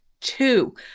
Two